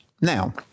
Now